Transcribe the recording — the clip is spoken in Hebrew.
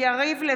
(קוראת בשם חברי הכנסת) יריב לוין,